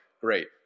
great